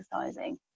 exercising